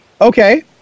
Okay